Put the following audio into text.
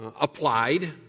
applied